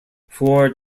four